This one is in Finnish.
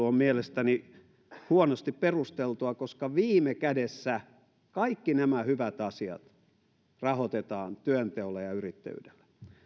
on mielestäni huonosti perusteltua koska viime kädessä kaikki nämä hyvät asiat rahoitetaan työnteolla ja ja yrittäjyydellä